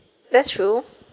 that's true